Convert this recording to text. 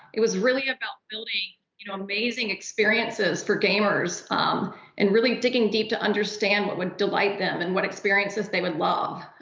it was really about building you know amazing experiences for gamers um and really digging deep to understand what would delight them and what experiences they would love.